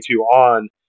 on